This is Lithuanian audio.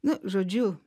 nu žodžiu